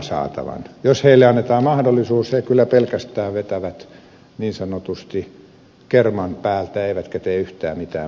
mutta jos heille annetaan mahdollisuus he kyllä pelkästään vetävät niin sanotusti kerman päältä eivätkä tee yhtään mitään muuta